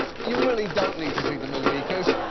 you really don't need to see the movie, cause.